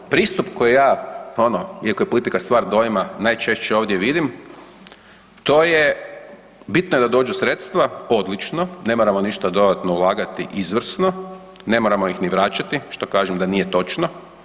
Pristup koji ja ono iako je politika stvar dojma najčešće ovdje vidim, to je bitno je da dođu sredstva, odlično ne moramo ništa dodatno ulagati, izvrsno, ne moramo ih ni vraćati, što kažem da nije točno.